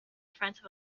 front